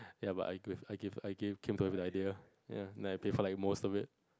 ya but I give I give I give the idea ya then I pay for like most of it